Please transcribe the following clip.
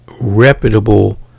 reputable